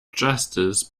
justice